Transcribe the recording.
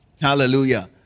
Hallelujah